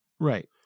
Right